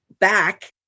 back